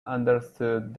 understood